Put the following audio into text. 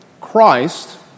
Christ